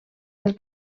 del